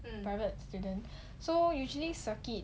private student so usually circuit